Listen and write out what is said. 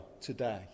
today